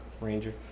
ranger